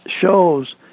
shows